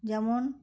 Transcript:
যেমন